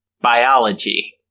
biology